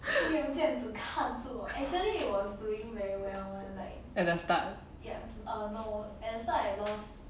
at the start